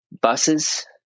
buses